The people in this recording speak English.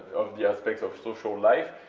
of the aspects of social life,